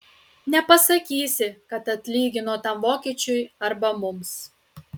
nepasakysi kad atlygino tam vokiečiui arba mums